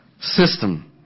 system